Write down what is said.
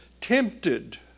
tempted